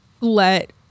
let